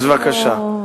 אז בבקשה.